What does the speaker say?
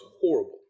horrible